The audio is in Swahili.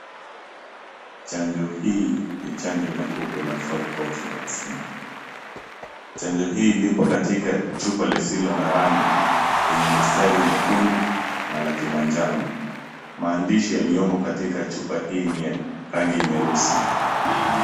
Chanjo hii ni chanjo la kuku la Poxvax vaccine . Chanjo hii lipo katika chupa lisilo na rangi yenye mistari nyekundu na la kimanjano. Maandishi yaliyomo katika chupa hii ni ya rangi nyeusi.